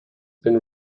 been